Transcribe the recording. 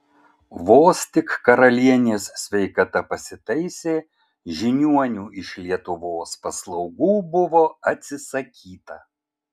vos tik karalienės sveikata pasitaisė žiniuonių iš lietuvos paslaugų buvo atsisakyta